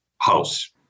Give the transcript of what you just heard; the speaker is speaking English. house